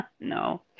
no